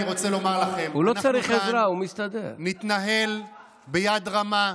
אני רוצה לומר לכם: אנחנו כאן נתנהל ביד רמה,